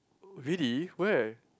really where